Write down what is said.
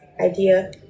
idea